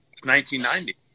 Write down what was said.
1990